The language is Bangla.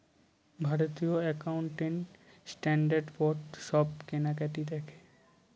ভারতীয় একাউন্টিং স্ট্যান্ডার্ড বোর্ড সব কেনাকাটি দেখে